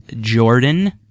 Jordan